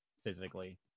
Physically